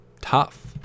tough